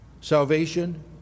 Salvation